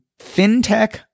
fintech